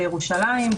בירושלים,